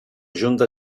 junta